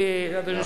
אדוני היושב-ראש,